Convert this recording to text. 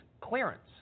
clearance